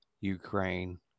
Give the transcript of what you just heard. Ukraine